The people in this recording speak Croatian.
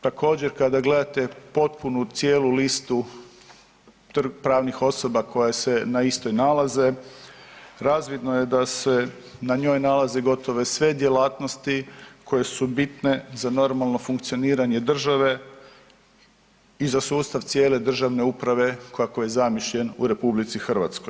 Također kada gledate potpunu cijelu listu pravnih osoba koje na istoj nalaze razvidno je da se na njoj nalaze gotovo sve djelatnosti koje su bitne za normalno funkcioniranje države i za sustav cijele državne uprave kako je zamišljen u RH.